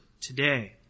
today